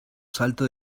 salto